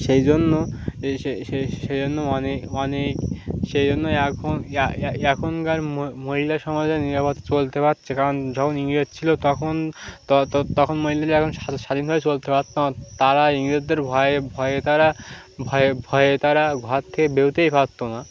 সেই জন্য সেই জন্য মানে মানে সেই জন্য এখন এখনকার মহিলা সমাজে নিরাপদে চলতে পারছে কারণ যখন ইংরেজ ছিল তখন তখন মহিলাদের এতো স্বাধীনভাবে চলতে পারতো না তারা ইংরেজদের ভয়ে ভয়ে তারা ভয়ে ভয়ে তারা ঘর থেকে বেরুতেই পারতো না